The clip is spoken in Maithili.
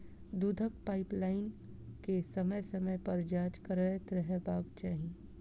दूधक पाइपलाइन के समय समय पर जाँच करैत रहबाक चाही